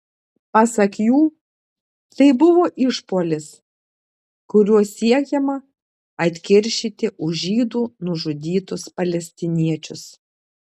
pasak jų tai buvo išpuolis kuriuo siekiama atkeršyti už žydų nužudytus palestiniečius